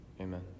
Amen